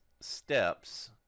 steps